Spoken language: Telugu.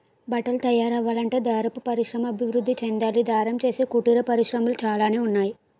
బట్టలు తయారవ్వాలంటే దారపు పరిశ్రమ అభివృద్ధి చెందాలి దారం చేసే కుటీర పరిశ్రమలు చాలానే ఉన్నాయి